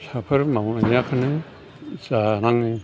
फिसाफोर मावनायाखौनो जानाङो